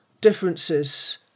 differences